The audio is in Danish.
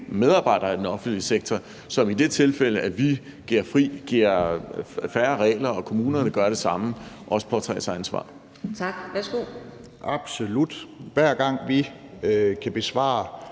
medarbejdere i den offentlige sektor, som i det tilfælde, at vi giver færre regler, og kommunerne gør det samme, også påtager sig ansvar? Kl. 15:25 Fjerde næstformand (Karina